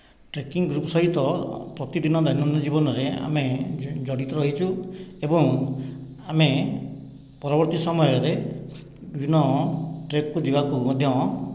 trekking group ସହିତ ପ୍ରତିଦିନ ଦୈନନ୍ଦିନ ଜୀବନରେ ଆମେ ଜଡ଼ିତ ରହିଛୁ ଏବଂ ଆମେ ପରବର୍ତ୍ତୀ ସମୟରେ ବିଭିନ୍ନ ଟ୍ରେକକୁ ଯିବାକୁ ମଧ୍ୟ